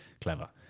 Clever